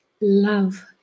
Love